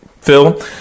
Phil